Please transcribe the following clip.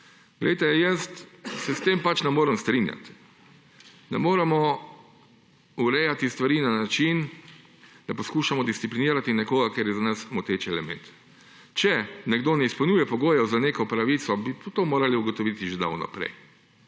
oseba. Jaz se s tem pač ne morem strinjati. Ne moremo urejati stvari na način, da poskušamo disciplinirati nekoga, ker je za nas moteč element. Če nekdo ne izpolnjuje pogojev za neko pravico, bi to morali ugotoviti že davno prej,